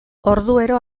orduero